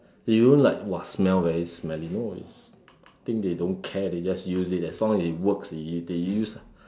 it don't like !wah! smell very smelly no it's think they don't care they just use it as long as it works they they use lah